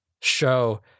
show